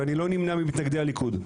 ואני לא נמנה ממתנגדי הליכוד.